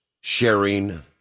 sharing